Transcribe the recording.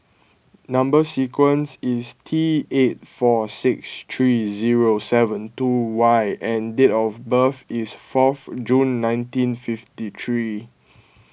Number Sequence is T eight four six three zero seven two Y and date of birth is fourth June nineteen fifty three